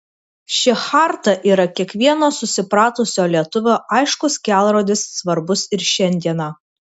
ši charta yra kiekvieno susipratusio lietuvio aiškus kelrodis svarbus ir šiandieną